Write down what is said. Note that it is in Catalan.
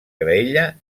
graella